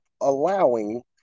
allowing